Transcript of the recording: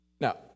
now